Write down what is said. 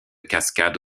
cascade